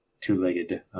two-legged